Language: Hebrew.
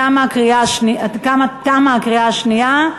תמה הקריאה השנייה,